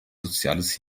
soziales